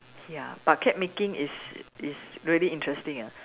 ya but cake making is is really interesting eh